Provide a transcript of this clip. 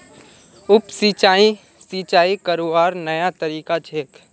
उप सिंचाई, सिंचाई करवार नया तरीका छेक